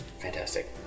Fantastic